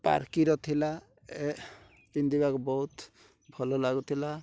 ପାର୍କୀର ଥିଲା ଏ ପିନ୍ଧିବାକୁ ବହୁତ ଭଲ ଲାଗୁଥିଲା